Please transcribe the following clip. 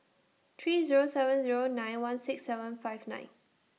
three Zero seven Zero nine one six seven five nine